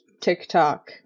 tiktok